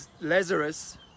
Lazarus